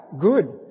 Good